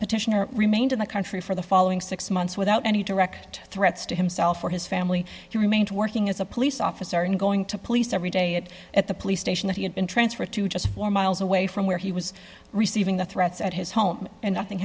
petitioner remained in the country for the following six months without any direct threats to himself or his family he remained working as a police officer and going to police every day at the police station that he had been transferred to just four miles away from where he was receiving the threats at his home and nothing